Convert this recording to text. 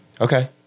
Okay